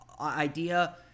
idea